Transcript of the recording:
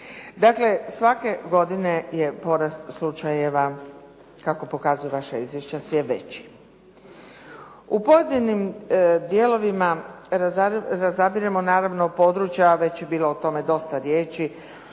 Dakle, svake godine je porast slučajeva kako pokazuje vaše izvješće sve veći. U pojedinim dijelovima razabiremo naravno područja a već je bilo o tome dosta riječi,